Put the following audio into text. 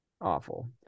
awful